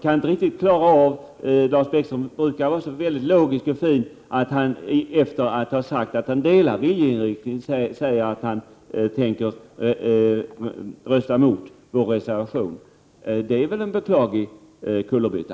Lars Bäckström brukar vara logisk och klar, och jag kan inte riktigt förstå att han efter det att han sagt att han har samma viljeinriktning som vi säger att han tänker rösta emot vår reservation. Det är väl en beklaglig kullerbytta?